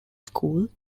school